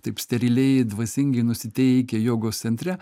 taip steriliai dvasingai nusiteikę jogos centre